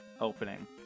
opening